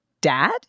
dad